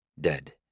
dead